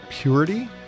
purity